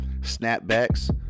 snapbacks